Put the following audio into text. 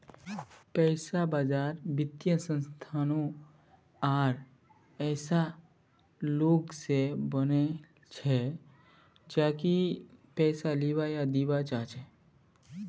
पैसा बाजार वित्तीय संस्थानों आर ऐसा लोग स बनिल छ जेको पैसा लीबा या दीबा चाह छ